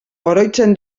oroitzen